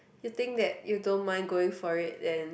you think that you don't mind going for it then